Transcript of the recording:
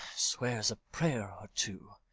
swears a prayer or two,